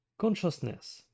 Consciousness